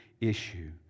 issue